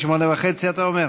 19:30 עד 20:30 אתה אומר?